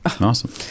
Awesome